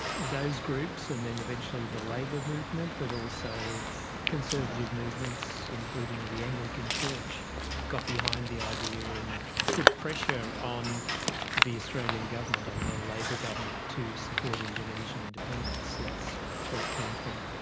those groups and then eventually the labour movement but also conservative movements including the anglican church got behind the idea and put pressure on the australian government, on the labor government to support indonesian independence, that's where it came from.